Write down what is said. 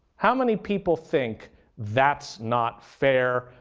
how many people think that's not fair,